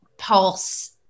Pulse